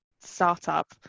startup